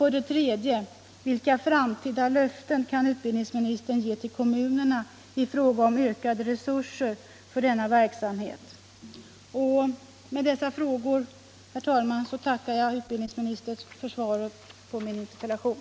Med dessa frågor, herr talman, tackar jag utbildningsministern för svaret på min interpellation.